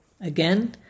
Again